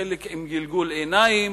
חלק עם גלגול עיניים,